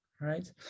right